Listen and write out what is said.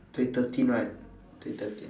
twenty thirteen right twenty thirteen